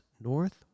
North